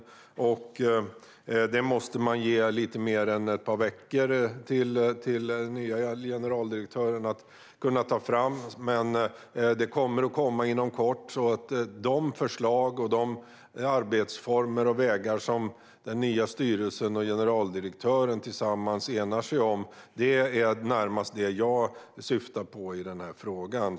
Man måste ge den nya generaldirektören lite mer än ett par veckor för att kunna ta fram den planen, men den kommer att komma inom kort. De förslag och de arbetsformer och vägar som den nya styrelsen och generaldirektören enas om är närmast det som jag syftar på i den här frågan.